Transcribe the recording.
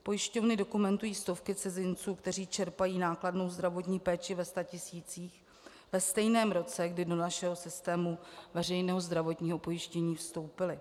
Pojišťovny dokumentují stovky cizinců, kteří čerpají nákladnou zdravotní péči ve statisících ve stejném roce, kdy do našeho systému veřejného zdravotního pojištění vstoupili.